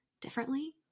differently